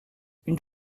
une